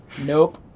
Nope